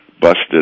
Busted